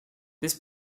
this